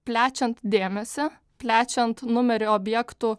plečiant dėmesį plečiant numerį objektų